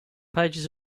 pages